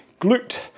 glute